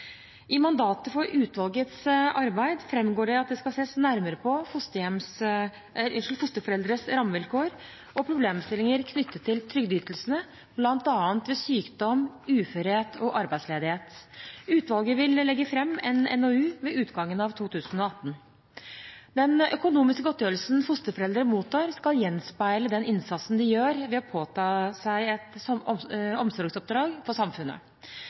I mandatet for utvalgets arbeid framgår det at det skal ses nærmere på fosterforeldres rammevilkår og problemstillinger knyttet til trygdeytelsene, bl.a. ved sykdom, uførhet og arbeidsledighet. Utvalget vil legge fram en NOU ved utgangen av 2018. Den økonomiske godtgjørelsen fosterforeldre mottar, skal gjenspeile den innsatsen de gjør ved å påta seg et omsorgsoppdrag for samfunnet.